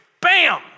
bam